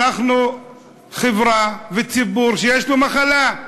אנחנו חברה וציבור שיש לו מחלה,